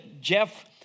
Jeff